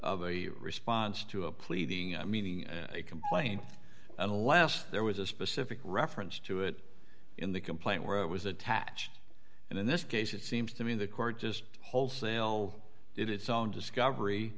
the response to a pleading meaning a complaint unless there was a specific reference to it in the complaint where it was attached and in this case it seems to me the court just wholesale it its own discovery